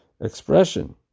expression